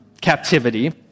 captivity